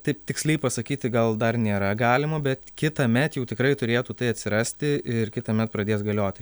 taip tiksliai pasakyti gal dar nėra galima bet kitąmet jau tikrai turėtų tai atsirasti ir kitąmet pradės galioti